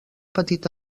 petit